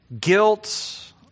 guilt